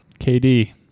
KD